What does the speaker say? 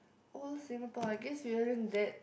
old Singapore I guess we aren't that